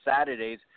Saturdays